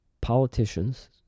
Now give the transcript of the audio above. politicians